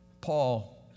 Paul